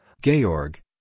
Georg